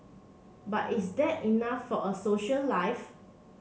but is that enough for a social life